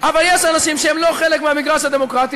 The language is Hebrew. אבל יש אנשים שהם לא חלק מהמגרש הדמוקרטי,